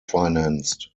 financed